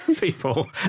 people